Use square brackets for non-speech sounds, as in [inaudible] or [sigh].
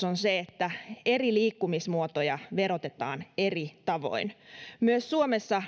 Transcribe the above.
[unintelligible] on se että eri liikkumismuotoja verotetaan eri tavoin myös suomessa